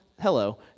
hello